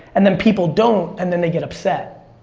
and then people don't, and then they get upset.